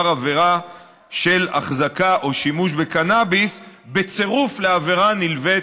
עבירה של החזקה או שימוש בקנאביס בצירוף עבירה נלווית,